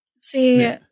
see